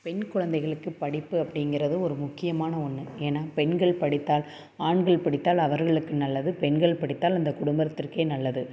பெண் குழந்தைகளுக்கு படிப்பு அப்படிங்கிறது ஒரு முக்கியமான ஒன்று ஏன்னால் பெண்கள் படித்தால் ஆண்கள் படித்தால் அவர்களுக்கு நல்லது பெண்கள் படித்தால் அந்த குடும்பத்திற்கே நல்லது